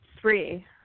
Three